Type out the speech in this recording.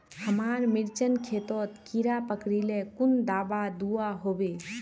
हमार मिर्चन खेतोत कीड़ा पकरिले कुन दाबा दुआहोबे?